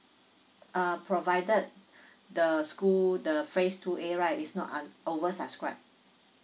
uh provided the school the phase two A right is not un~ over subscribed